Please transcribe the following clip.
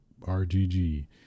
RGG